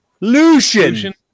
Lucian